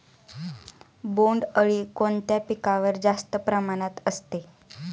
बोंडअळी कोणत्या पिकावर जास्त प्रमाणात असते?